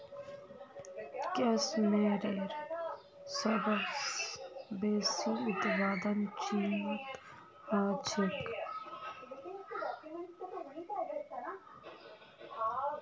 case मेयरेर सबस बेसी उत्पादन चीनत ह छेक